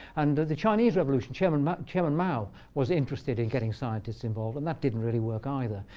and the chinese revolution, chairman mao chairman mao was interested in getting scientists involved. and that didn't really work either.